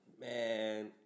Man